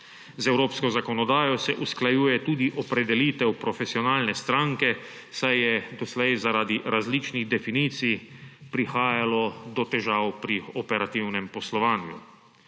Z evropsko zakonodajo se usklajuje tudi opredelitev profesionalne stranke, saj je doslej zaradi različnih definicij prihajalo do težav pri operativnem poslovanju.